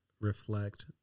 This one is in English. reflect